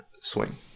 Swing